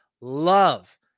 love